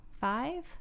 five